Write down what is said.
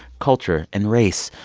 culture and race.